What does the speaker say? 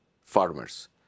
farmers